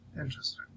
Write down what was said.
Interesting